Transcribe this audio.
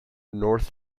north